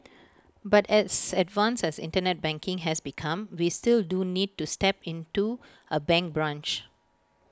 but as advanced as Internet banking has become we still do need to step into A bank branch